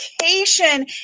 vacation